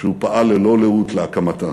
שהוא פעל ללא לאות להקמתה.